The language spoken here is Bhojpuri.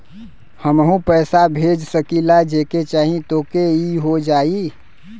हमहू पैसा भेज सकीला जेके चाही तोके ई हो जाई?